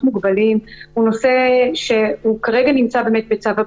מוגבלים הוא נושא שכרגע נמצא בצו הבידוד,